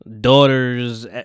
Daughters